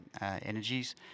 energies